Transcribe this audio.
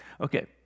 Okay